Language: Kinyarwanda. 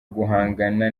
guhangana